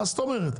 מה זאת אומרת?